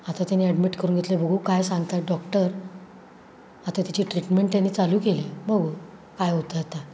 आता त्यांनी ॲडमिट करून घेतलं आहे बघू काय सांगत आहेत डॉक्टर आता तिची ट्रीटमेंट त्यांनी चालू केले बघू काय होतं आता